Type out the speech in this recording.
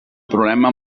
problema